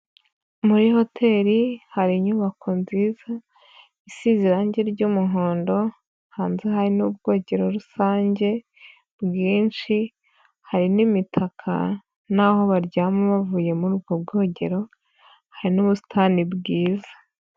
Muri hoteri hari inyubako nziza isize irangi ry'umuhondo, hanze hari n'ubwogero rusange bwinshi, hari n'imitaka n'aho baryama bavuye muri ubwo bwogero, hari n'ubusitani bwiza.